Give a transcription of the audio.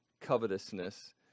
covetousness